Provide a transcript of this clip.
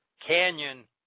canyon